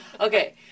Okay